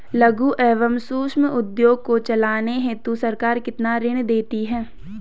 लघु एवं सूक्ष्म उद्योग को चलाने हेतु सरकार कितना ऋण देती है?